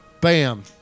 Bam